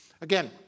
Again